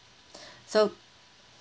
so